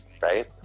right